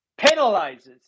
penalizes